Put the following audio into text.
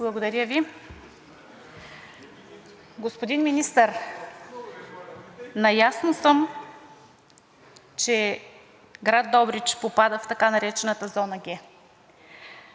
Благодаря Ви. Господин Министър, наясно съм, че град Добрич попада в така наречената зона Г.